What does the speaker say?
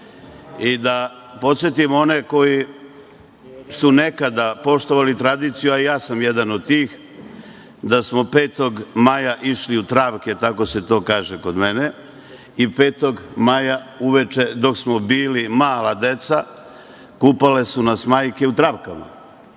i da podsetim one koji su nekada poštovali tradiciju, a i ja sam jedan od tih, da smo 5. maja išli u travke, tako se to kaže kod mene, i 5. maja uveče dok smo bili mala deca kupale su nas majke u travkama.